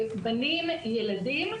בנים, ילדים.